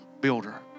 builder